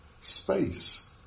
space